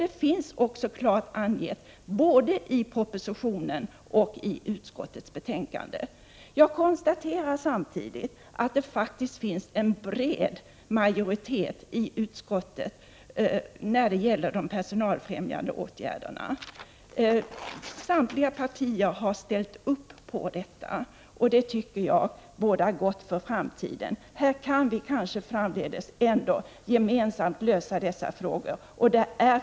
Detta finns klart angivet i både propositionen och utskottsbetänkandet. Jag konstaterar samtidigt att det faktiskt finns en bred majoritet i utskottet när de gäller de personalfrämjande åtgärderna. Samtliga partier harställt upp på detta. Det tycker jag bådar gott för framtiden. Vi kan kanske framdeles ändå gemensamt lösa dessa frågor.